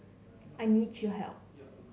I need your help